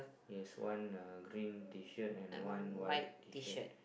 he has one uh green T-shirt and one white T-shirt